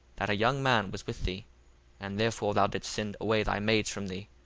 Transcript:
that a young man was with thee and therefore thou didst send away thy maids from thee.